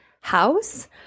House